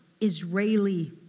Israeli